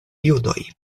judoj